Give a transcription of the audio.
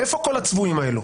איפה כל הצבועים האלו?